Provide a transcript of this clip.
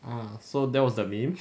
ah so that was the meme